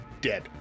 dead